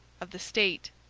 of the state.